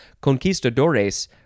Conquistadores